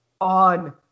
on